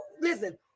Listen